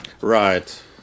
Right